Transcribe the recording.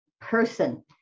person